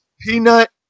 Peanut